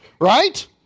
Right